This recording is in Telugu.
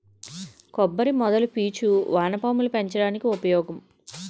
కొబ్బరి మొదల పీచులు వానపాములు పెంచడానికి ఉపయోగం